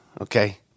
okay